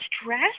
stress